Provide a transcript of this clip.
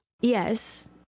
Yes